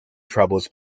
troubles